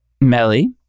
Melly